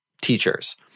teachers